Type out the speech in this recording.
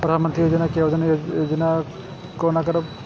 प्रधानमंत्री योजना के आवेदन कोना करब?